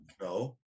No